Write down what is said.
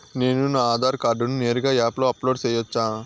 నేను నా ఆధార్ కార్డును నేరుగా యాప్ లో అప్లోడ్ సేయొచ్చా?